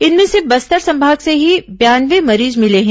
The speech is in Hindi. इनमें से बस्तर संभाग से ही बयानवे मरीज मिले हैं